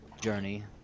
journey